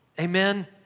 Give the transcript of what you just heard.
Amen